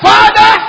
Father